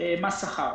מס שכר.